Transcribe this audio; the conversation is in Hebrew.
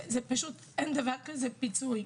אין דבר כזה "פיצוי",